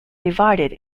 divided